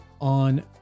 On